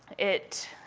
it